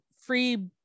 free